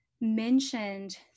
mentioned